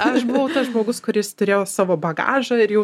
aš buvau tas žmogus kuris turėjo savo bagažą ir jau